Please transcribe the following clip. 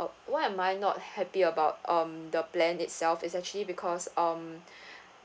uh what am I not happy about um the plan itself is actually because um